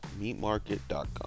meatmarket.com